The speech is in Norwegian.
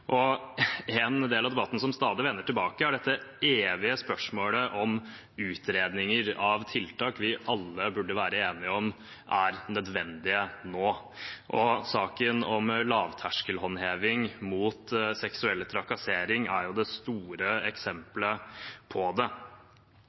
En del av debatten som stadig vender tilbake, er dette evige spørsmålet om utredninger av tiltak vi alle burde være enige om er nødvendige nå. Saken om lavterskelhåndheving mot seksuell trakassering er det store